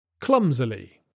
Clumsily